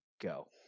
Go